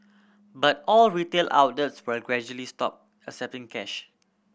but all retail outlets will gradually stop accepting cash